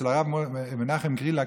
אצל הרב מנחם קרילק,